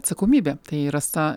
atsakomybė tai rasa